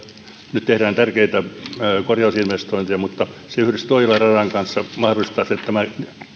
nyt tehdään tärkeitä korjausinvestointeja mutta se yhdessä toijala radan kanssa mahdollistaisi että tämä